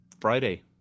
Friday